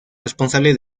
responsable